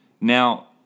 Now